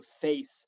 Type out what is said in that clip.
face